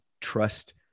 trust